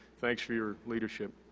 thanks for your leadership.